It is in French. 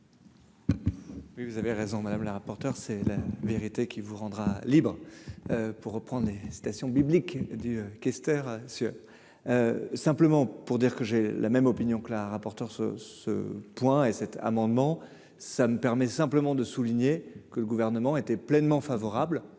Oui vous avez raison madame la rapporteure, c'est la vérité qui vous rendra libre pour reprend des citations bibliques du questeur sur. Simplement pour dire que j'ai la même opinion que la rapporteure ce ce point et cet amendement, ça me permet simplement de souligner que le gouvernement était pleinement favorable